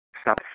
stop